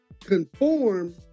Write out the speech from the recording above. conform